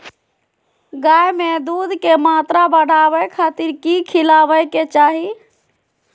गाय में दूध के मात्रा बढ़ावे खातिर कि खिलावे के चाही?